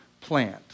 plant